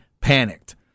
panicked